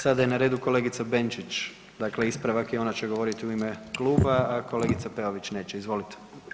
Sada je na redu kolegica Benčić, dakle ispravak je i ona će govoriti u ime kluba, a kolegica Peović neće, izvolite.